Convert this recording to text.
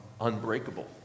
unbreakable